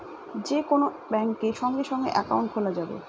যে কোন ব্যাঙ্কে সঙ্গে সঙ্গে একাউন্ট খোলা যাবে